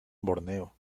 borneo